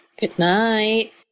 Goodnight